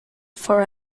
for